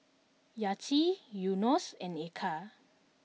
Yati Yunos and Eka